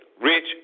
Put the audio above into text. rich